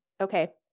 okay